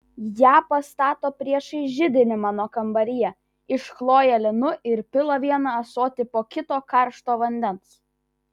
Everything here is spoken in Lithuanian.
ją pastato priešais židinį mano kambaryje iškloja linu ir pila vieną ąsotį po kito karšto vandens